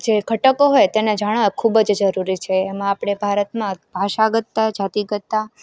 જે ઘટકો હોય તેને જાણવા ખુબજ જરૂરી છે એમાં આપણે ભારતમાં ભાષાગતતા જાતિગતતા